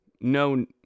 no